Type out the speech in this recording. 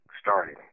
starting